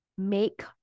Make